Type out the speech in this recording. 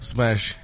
Smash